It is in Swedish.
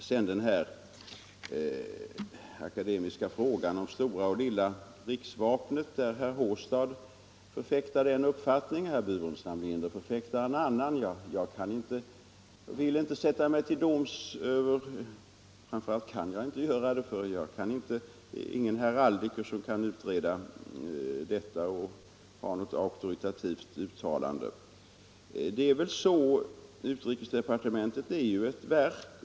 ser om att Sverige I den akademiska frågan om stora och lilla riksvapnet förfäktar herr — är en monarki Håstad en uppfattning och herr Burenstam Linder en annan. Jag kan inte sätta mig till doms över dem; jag är ingen heraldiker som kan utreda den frågan och göra ett auktoritativt uttalande. Utrikesdepartementet är ju ett verk.